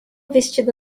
vestido